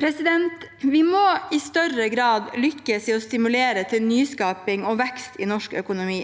fast på. Vi må i større grad lykkes i å stimulere til nyskaping og vekst i norsk økonomi.